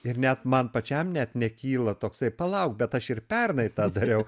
ir net man pačiam net nekyla toksai palauk bet aš ir pernai tą dariau